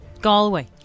...Galway